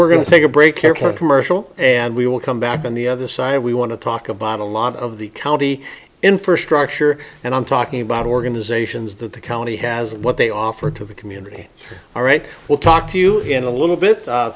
we're going to take a break here for a commercial and we will come back on the other side we want to talk about a lot of the county infrastructure and i'm talking about organizations that the county has and what they offer to the community all right we'll talk to you in a little bit